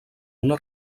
una